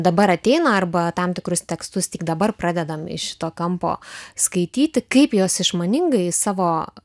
dabar ateina arba tam tikrus tekstus tik dabar pradedam iš šito kampo skaityti kaip jos išmoningai savo